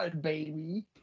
baby